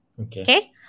Okay